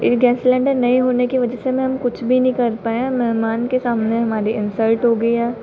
एक gas cylinder नहीं होने की वजह से मैम कुछ भी नहीं कर पाए हैं मेहमान के सामने हमारी इंसल्ट हो गई है